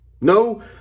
No